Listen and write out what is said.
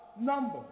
number